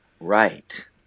Right